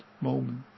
moment